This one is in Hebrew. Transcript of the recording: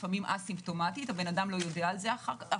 לפעמים א-סימפטומטית האדם לא יודע על זה אפילו,